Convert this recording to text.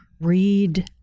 Read